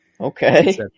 okay